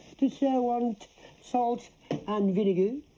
does thou want salt and vinegar?